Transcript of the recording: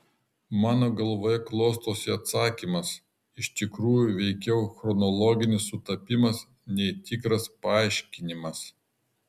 mano galvoje klostosi atsakymas iš tikrųjų veikiau chronologinis sutapimas nei tikras paaiškinimas